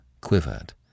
quivered